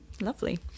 lovely